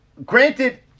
Granted